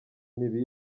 mibi